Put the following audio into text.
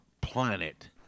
planet